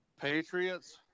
Patriots